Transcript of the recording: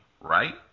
right